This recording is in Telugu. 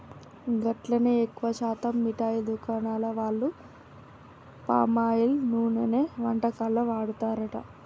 గట్లనే ఎక్కువ శాతం మిఠాయి దుకాణాల వాళ్లు పామాయిల్ నూనెనే వంటకాల్లో వాడతారట